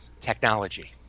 technology